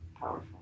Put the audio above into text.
powerful